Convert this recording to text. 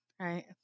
right